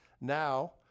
now